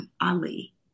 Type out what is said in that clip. Ali